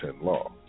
law